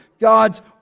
God's